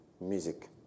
music